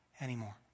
anymore